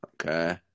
Okay